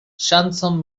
ŝancon